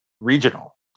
regional